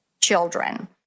children